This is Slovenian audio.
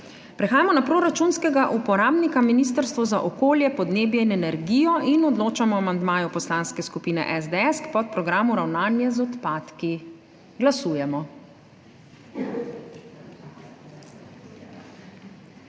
Prehajamo na proračunskega uporabnika Ministrstvo za okolje, podnebje in energijo in odločamo o amandmaju Poslanske skupine SDS k podprogramu Ravnanje z odpadki. Glasujemo.